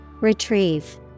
Retrieve